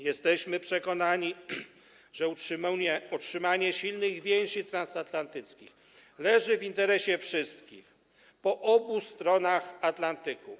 Jesteśmy przekonani, że utrzymanie silnych więzi transatlantyckich leży w interesie wszystkich, po obu stronach Atlantyku.